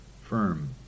firm